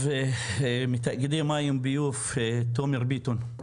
טוב, מתאגידי מים ביוב, תומר ביטון.